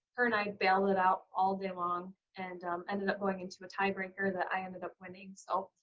her and i battled it out all day long and ended up going into a tiebreaker that i ended up winning. so,